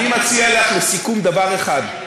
אני מציע לך לסיכום דבר אחד,